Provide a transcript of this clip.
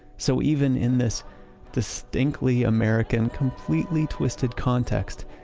so even in this distinctly american, completely twisted context,